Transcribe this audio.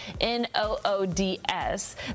N-O-O-D-S